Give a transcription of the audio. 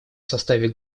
составе